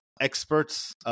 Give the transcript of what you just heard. experts